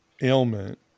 ailment